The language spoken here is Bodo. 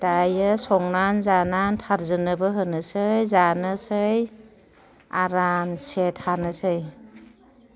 दायो संनान जानान टारजोननोबो होनोसै जानोसै आरामसे थानोसै